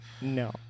No